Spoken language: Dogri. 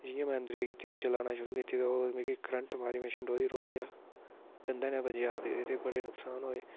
जियां में अंदरै गी कीती चलाना शुरू कीती ते ओह् मिगी क्रंट मारेआ में छंडोऐ दा ओह् पेआ कंधै कन्नै बज्जेआ ते एह्दे बड़े नकसान होए